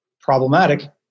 problematic